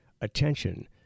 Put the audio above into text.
attention